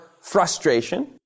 frustration